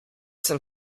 sem